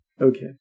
Okay